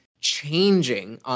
changing